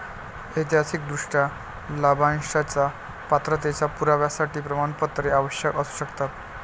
ऐतिहासिकदृष्ट्या, लाभांशाच्या पात्रतेच्या पुराव्यासाठी प्रमाणपत्रे आवश्यक असू शकतात